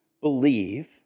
believe